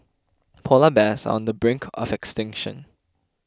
Polar Bears on the brink are of extinction